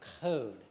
code